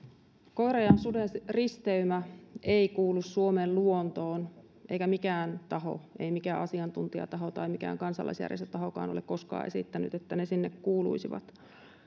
koiran ja suden risteymä ei kuulu suomen luontoon eikä mikään taho ei mikään asiantuntijataho tai mikään kansalainjärjestötahokaan ole koskaan esittänyt että ne sinne kuuluisivat